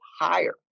higher